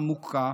עמוקה,